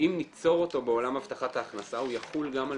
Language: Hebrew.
אם ניצור אותו בעולם הבטחת ההכנסה הוא יחול גם על